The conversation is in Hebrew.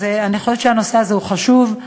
אני חושבת שהנושא הזה חשוב,